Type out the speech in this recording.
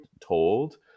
told